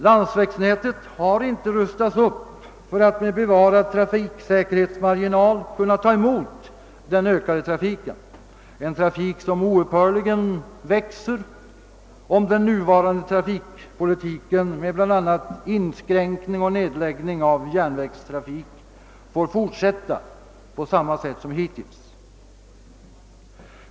Landsvägsnätet har inte rustats upp för att med bevarad trafiksäkerhetsmarginal kunna ta emot den ökande trafiken, en trafik som oupphörligen växer om den nuvarande politiken med bl.a. inskränkningar och nedläggelser av järnvägsnätet får fortsätta som hittills.